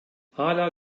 hâlâ